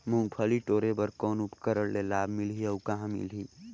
मुंगफली टोरे बर कौन उपकरण ले लाभ मिलही अउ कहाँ मिलही?